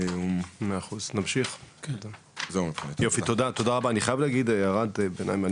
אני חייב להגיד הערת ביניים.